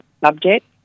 subject